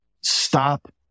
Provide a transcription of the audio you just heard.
stop